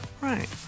Right